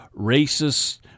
racist